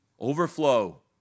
Overflow